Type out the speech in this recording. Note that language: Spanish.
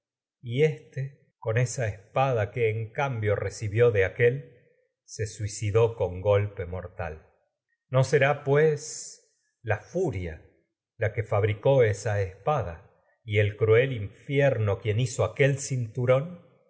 éste se con esa con espada que en cambio de aquél suicidó golpe mortal no será cruel no la furia la quien hizo que fabricó esa espada lo que y el yo infierno aquel esto y cinturón